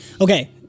Okay